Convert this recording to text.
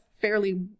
fairly